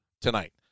tonight